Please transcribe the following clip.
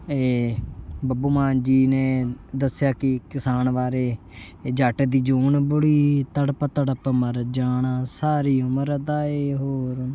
ਬੱਬੂ ਮਾਨ ਜੀ ਨੇ ਦੱਸਿਆ ਕਿ ਕਿਸਾਨ ਬਾਰੇ ਇਹ ਜੱਟ ਦੀ ਜੂਨ ਬੁਰੀ ਤੜਫ ਤੜਫ ਮਰ ਜਾਣਾ ਸਾਰੀ ਉਮਰ ਦਾ ਇਹੋ